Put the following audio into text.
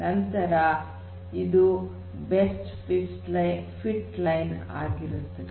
ನಂತರ ಇದು best fit line ಆಗುತ್ತದೆ